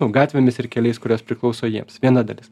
nu gatvėmis ir keliais kurios priklauso jiems viena dalis